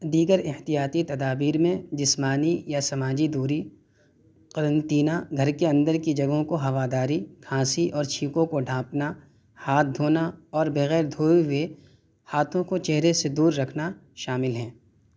دیگر احتیاطی تدابیر میں جسمانی یا سماجی دوری قرنطینہ گھر کے اندر کی جگہوں کو ہواداری کھانسی اور چھینکوں کو ڈھانپنا ہاتھ دھونا اور بغیر دھوئے ہوئے ہاتھوں کو چہرے سے دور رکھنا شامل ہیں